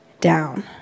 down